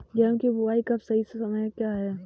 गेहूँ की बुआई का सही समय क्या है?